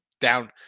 Down